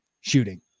Shooting